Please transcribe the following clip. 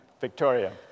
Victoria